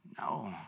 No